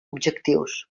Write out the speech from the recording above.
objectius